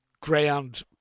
ground